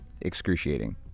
excruciating